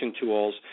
tools